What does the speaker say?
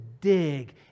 dig